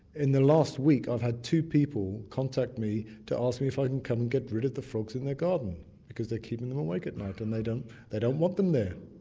in the last week i've had two people contact me to ask me if i can come and get rid of the frogs in their garden because they're keeping them awake at night and they don't they don't want them there.